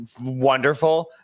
wonderful